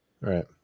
Right